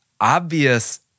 obvious